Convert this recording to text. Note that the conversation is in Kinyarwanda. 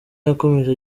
yakomeje